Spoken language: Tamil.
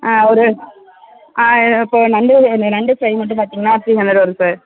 ஆ ஒரு இப்போ நண்டு நண்டு ஃபிரை மட்டும் பார்த்திங்கன்னா த்ரீ ஹண்ட்ரட் வரும் சார்